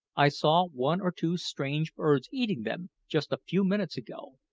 i saw one or two strange birds eating them just a few minutes ago,